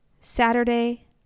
Saturday